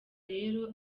rero